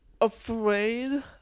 afraid